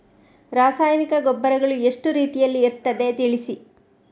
ರಾಸಾಯನಿಕ ಗೊಬ್ಬರಗಳು ಎಷ್ಟು ರೀತಿಯಲ್ಲಿ ಇರ್ತದೆ ತಿಳಿಸಿ?